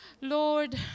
Lord